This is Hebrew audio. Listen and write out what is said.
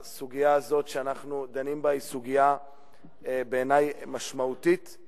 הסוגיה הזאת שאנחנו דנים בה היא סוגיה משמעותית בעיני.